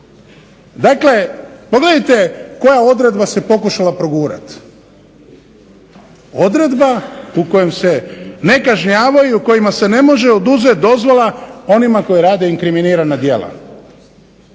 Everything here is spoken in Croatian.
Dakle, pogledajte koja odredba se pokušala progurat, odredba u kojoj se ne kažnjavaju, u kojima se ne može oduzet dozvola onima koji rade inkriminirana djela.